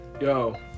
Yo